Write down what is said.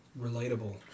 Relatable